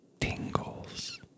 Tingles